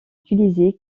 utilisé